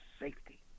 safety